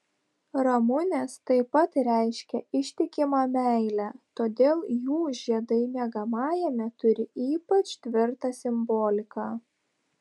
ramunės taip pat reiškia ištikimą meilę todėl jų žiedai miegamajame turi ypač tvirtą simboliką